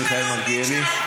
אין לו משמעות.